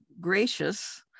gracious